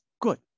good